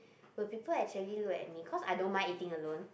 will people actually look at me cause I don't mind eating alone